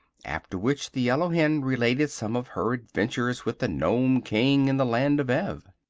after which the yellow hen related some of her adventures with the nome king in the land of ev.